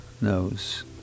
knows